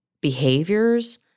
behaviors